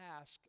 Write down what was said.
ask